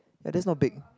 ya that's not big